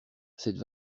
cette